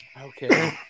Okay